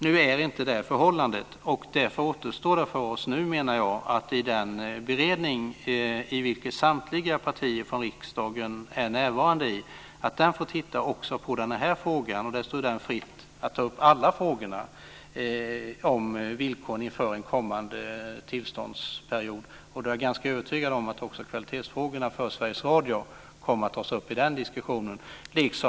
Nu har vi inte det förhållandet, och därför återstår för oss nu att vi i den beredning i vilken samtliga partier från riksdagen är närvarande får titta också på den här frågan. Det står beredningen fritt att ta upp alla frågor om villkoren inför en kommande tillståndsperiod. Jag är ganska övertygad om att också kvalitetsfrågorna för Sveriges Radio kommer att tas upp i den diskussionen.